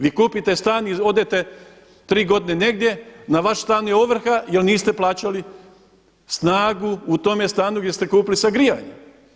Vi kupite stan i odete tri godine negdje, na vaš stan je ovrha jer niste plaćali snagu u tome snagu gdje ste kupili sa grijanjem.